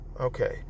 okay